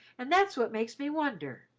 and that's what makes me wonder.